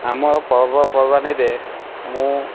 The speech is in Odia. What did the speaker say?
ଆମର ପର୍ବପର୍ବାଣୀରେ ମୁଁ